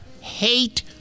hate